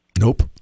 Nope